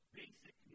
basic